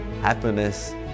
Happiness